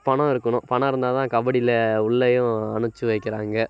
பணம் இருக்கணும் பணம் இருந்தால் தான் கபடியில உள்ளேயும் அனுப்ச்சு வைக்கிறாங்க